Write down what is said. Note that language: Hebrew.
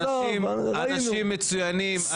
אנשים מצוינים,